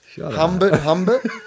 Humbert